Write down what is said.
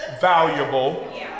valuable